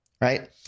right